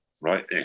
right